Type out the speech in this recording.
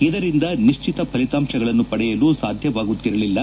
ಇದರಿಂದ ನಿಶ್ಚಿತ ಫಲಿತಾಂಶಗಳನ್ನು ಪಡೆಯಲು ಸಾಧ್ಯವಾಗುತ್ತಿರಲಿಲ್ಲ